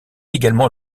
également